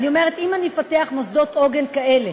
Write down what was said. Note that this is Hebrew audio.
אני אומרת, אם אני אפתח מוסדות עוגן כאלה